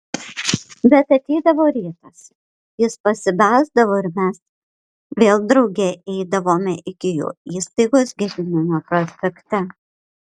bet ateidavo rytas jis pasibelsdavo ir mes vėl drauge eidavome iki jo įstaigos gedimino prospekte